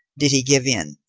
did he give in,